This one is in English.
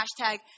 Hashtag